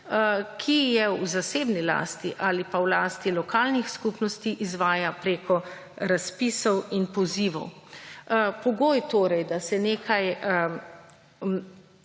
ki je v zasebni lasti ali pa v lasti lokalnih skupnosti izvaja preko razpisov in pozivov. Pogoj je torej, da se nekaj…